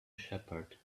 shepherd